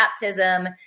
baptism